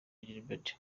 gilbert